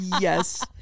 Yes